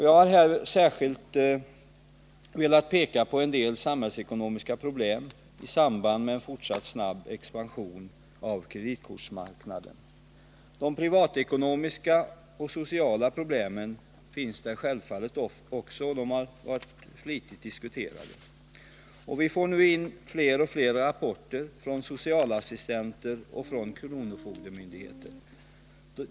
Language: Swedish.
Jag har här särskilt velat peka på en del samhällsekonomiska problem i samband med en fortsatt snabb expansion av kreditkortsmarknaden. De privatekonomiska och sociala problemen finns där självfallet också, och de har varit flitigt diskuterade. Vi får nu in fler och fler rapporter från socialassistenter och kronofogdemyndigheter.